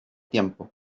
tiempo